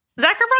Zachary